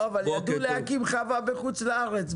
אבל ידעו להקים חווה בחוץ לארץ,